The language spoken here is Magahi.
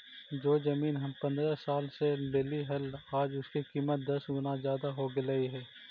जो जमीन हम पंद्रह साल पहले लेली हल, आज उसकी कीमत दस गुना जादा हो गेलई हे